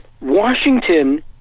Washington